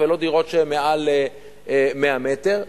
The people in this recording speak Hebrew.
ולא דירות שמעל 100 מטר.